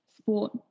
sport